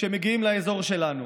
כשמגיעים לאזור שלנו.